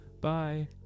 bye